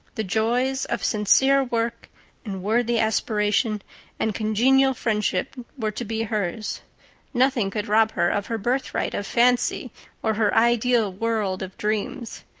the joy of sincere work and worthy aspiration and congenial friendship were to be hers nothing could rob her of her birthright of fancy or her ideal world of dreams.